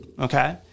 Okay